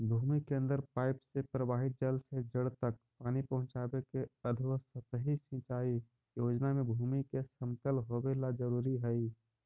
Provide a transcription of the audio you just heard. भूमि के अंदर पाइप से प्रवाहित जल से जड़ तक पानी पहुँचावे के अधोसतही सिंचाई योजना में भूमि के समतल होवेला जरूरी हइ